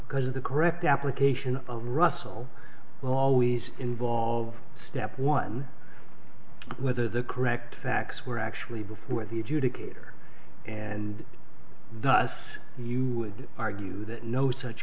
because of the correct application of russell will always involve step one whether the correct facts were actually before the adjudicator and thus you would argue that no such